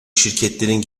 şirketlerin